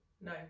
No